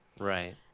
Right